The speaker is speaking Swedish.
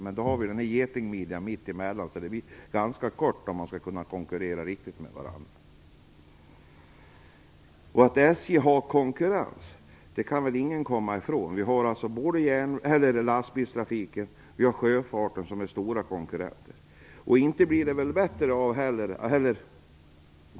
Det finns ju en getingmidja mitt emellan dessa platser, så det blir en ganska kort sträcka att verkligen konkurrera på. Ingen kan komma ifrån att SJ har konkurrens. Såväl lastbilstrafiken som sjöfarten är stora konkurrenter.